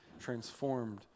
transformed